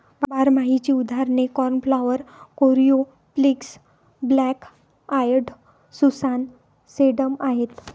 बारमाहीची उदाहरणे cornflower, coreopsis, black eyed Susan, sedum आहेत